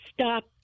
stop